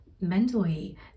mentally